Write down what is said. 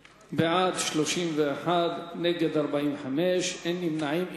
בעד, 31, נגד, 45, אין נמנעים.